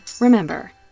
remember